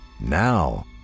Now